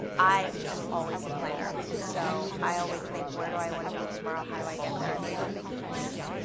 i am always a planner. and so i always think where do i want to be tomorrow? how do i get there? i am big on making plans.